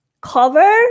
cover